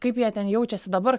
kaip jie ten jaučiasi dabar